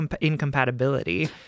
incompatibility